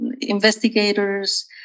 investigators